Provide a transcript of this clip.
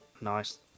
Nice